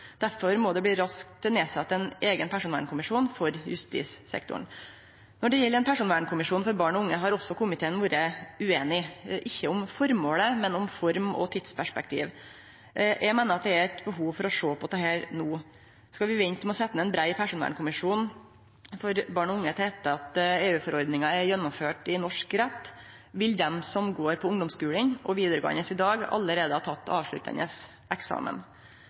Derfor må det raskt bli sett ned ein eigen personvernkommisjon for justissektoren. Når det gjeld ein personvernkommisjon for barn og unge, har også vi i komiteen vore ueinige – ikkje om formålet, men om forma og tidsperspektivet. Eg meiner at det er behov for å sjå på dette no. Skal vi vente med å setje ned ein brei personvernkommisjon for barn og unge til etter at EU-forordninga er gjennomført i norsk rett, vil dei som går på ungdomsskulen og vidaregåande skule i dag, allereie ha teke avsluttande eksamen.